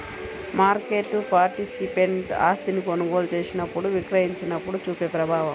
market participant ఆస్తిని కొనుగోలు చేసినప్పుడు, విక్రయించినప్పుడు చూపే ప్రభావం